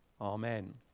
Amen